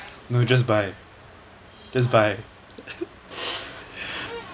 no just buy just buy